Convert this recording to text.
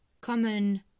common